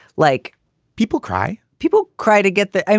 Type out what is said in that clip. like people cry. people cry to get the. and